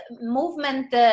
movement